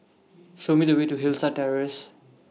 Show Me The Way to Hillside Terrace